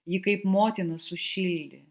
ji kaip motina sušildė